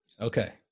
Okay